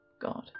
God